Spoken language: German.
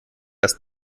dass